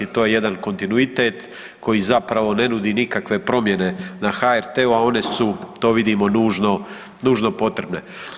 To je jedan kontinuitet koji zapravo ne nudi nikakve promjene na HRT-u, a one su to vidimo nužno, nužno potrebne.